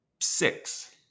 six